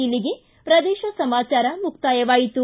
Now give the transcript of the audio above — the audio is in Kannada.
ಇಲ್ಲಿಗೆ ಪ್ರದೇಶ ಸಮಾಚಾರ ಮುಕ್ತಾಯವಾಯಿತು